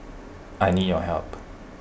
I need your help